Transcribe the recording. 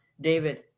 David